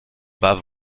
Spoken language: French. bat